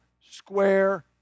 square